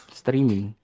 streaming